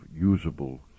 usable